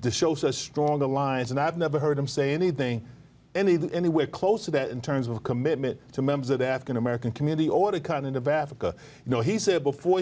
the show's a strong alliance and i've never heard him say anything anywhere close to that in terms of commitment to members of the african american community or to kind of africa you know he said before